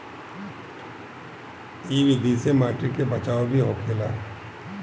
इ विधि से माटी के बचाव भी होखेला